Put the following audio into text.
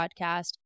podcast